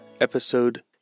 episode